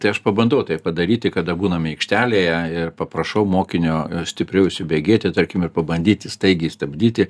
tai aš pabandau tai padaryti kada būname aikštelėje ir paprašau mokinio stipriau įsibėgėti tarkim ir pabandyti staigiai stabdyti